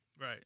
Right